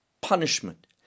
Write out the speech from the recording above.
punishment